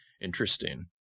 Interesting